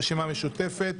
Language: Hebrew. לרשימה המשותפת